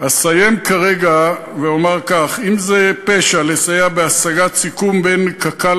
אסיים כרגע ואומר כך: אם זה פשע לסייע בהשגת סיכום בין קק"ל